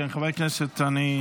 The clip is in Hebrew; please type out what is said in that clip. כן, חבר הכנסת, אני מוסיף לך זמן.